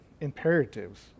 imperatives